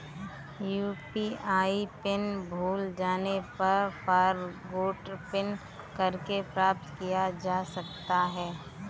UPI pin भूल जाने पर फ़ॉरगोट पिन करके प्राप्त किया जा सकता है